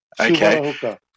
Okay